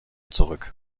zurück